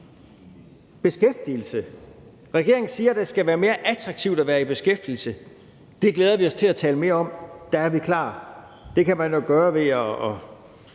et af de emner. Regeringen siger, det skal være mere attraktivt at være i beskæftigelse. Det glæder vi os til at tale mere om; der er vi klar. Det kan man jo gøre ved at